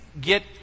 get